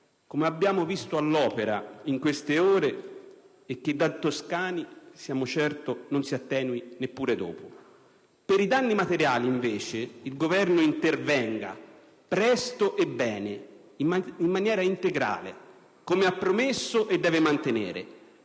come abbiamo visto all'opera in queste ore e che da toscani siamo certi non si attenuerà neppure dopo. Per i danni materiali, invece, il Governo intervenga presto e bene, in maniera integrale, come ha assicurato, mantenendo